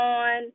on